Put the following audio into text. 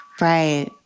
right